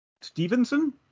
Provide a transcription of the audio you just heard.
Stevenson